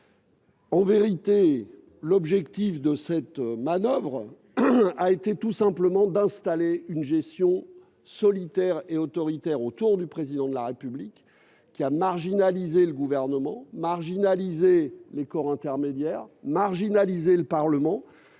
En vérité, l'objectif d'une telle manoeuvre a tout simplement été d'installer une gestion solitaire et autoritaire autour du Président de la République, qui a marginalisé le Gouvernement, les corps intermédiaires, le Parlement